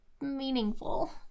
meaningful